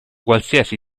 qualsiasi